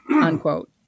unquote